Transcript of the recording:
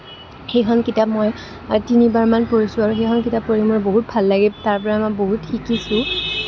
সেইখন কিতাপ মই তিনিবাৰমান পঢ়িছোঁ আৰু সেইখন কিতাপ মোৰ বহুত ভাল লাগে তাৰ পৰা মই বহুত শিকিছোঁ